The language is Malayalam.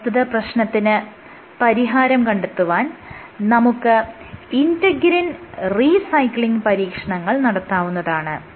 പ്രസ്തുത പ്രശ്നത്തിന് പരിഹാരം കണ്ടെത്തുവാൻ നമുക്ക് ഇന്റെഗ്രിൻ റീസൈക്ലിങ് പരീക്ഷണങ്ങൾ നടത്താവുന്നതാണ്